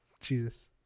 Jesus